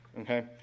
okay